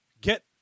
get